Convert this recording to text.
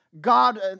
God